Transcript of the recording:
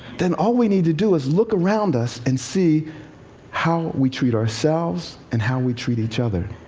then all we need to do is look around us and see how we treat ourselves and how we treat each other.